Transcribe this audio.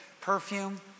perfume